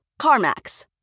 CarMax